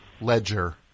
ledger